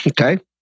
Okay